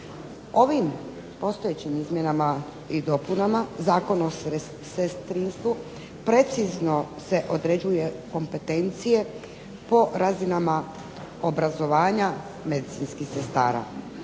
Ovim postojećim izmjenama i dopunama Zakona o sestrinstvu precizno se određuju kompetencije po razinama obrazovanja medicinskih sestara.